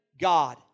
God